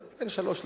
אבל בין שלוש לחמש,